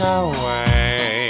away